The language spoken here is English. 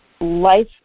life